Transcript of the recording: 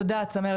תודה צמרת.